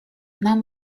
нам